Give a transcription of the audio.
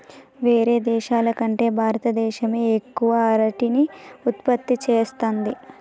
వేరే దేశాల కంటే భారత దేశమే ఎక్కువ అరటిని ఉత్పత్తి చేస్తంది